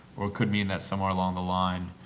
or it could mean that somewhere along the line